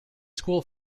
school